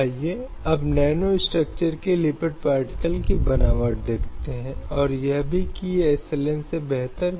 इसलिए भारतीय संविधान के अनुच्छेद 23 के संदर्भ में इस तरह के किसी भी प्रकार के शोषण की अनुमति नहीं है